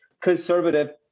conservative